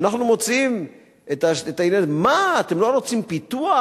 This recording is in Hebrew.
אנחנו מוצאים את, מה, אתם לא רוצים פיתוח?